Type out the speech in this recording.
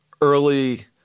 early